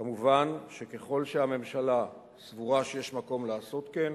כמובן, ככל שהממשלה סבורה שיש מקום לעשות כן,